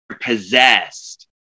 possessed